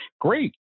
great